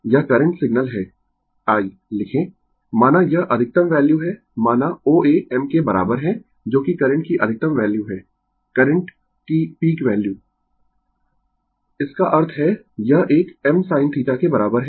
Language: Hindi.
यह करंट सिग्नल है i लिखें माना यह अधिकतम वैल्यू है माना O A m के बराबर है जो कि करंट की अधिकतम वैल्यू है करंट की पीक वैल्यू इसका अर्थ है यह एक msin θ के बराबर है